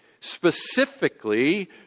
specifically